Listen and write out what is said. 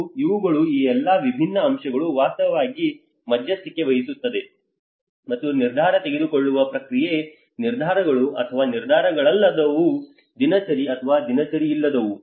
ಮತ್ತು ಇವುಗಳು ಈ ಎಲ್ಲಾ ವಿಭಿನ್ನ ಅಂಶಗಳು ವಾಸ್ತವವಾಗಿ ಮಧ್ಯಸ್ಥಿಕೆ ವಹಿಸುತ್ತವೆ ಮತ್ತು ನಿರ್ಧಾರ ತೆಗೆದುಕೊಳ್ಳುವ ಪ್ರಕ್ರಿಯೆ ನಿರ್ಧಾರಗಳು ಅಥವಾ ನಿರ್ಧಾರಗಳಲ್ಲದವು ದಿನಚರಿ ಅಥವಾ ದಿನಚರಿಯಲ್ಲದವು